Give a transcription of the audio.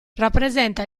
rappresenta